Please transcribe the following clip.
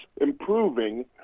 improving